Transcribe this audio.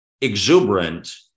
exuberant